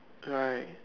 right